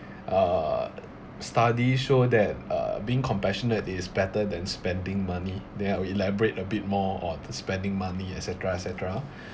uh studies show that uh being compassionate is better than spending money then I will elaborate a bit more on the spending money et cetera et cetera